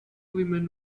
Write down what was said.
women